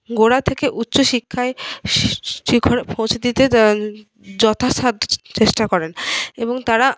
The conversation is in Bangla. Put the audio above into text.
গোড়া থেকে উচ্চ শিক্ষায় শিখরে পৌঁছে দিতে যথাসাধ্য চেষ্টা করেন এবং তারা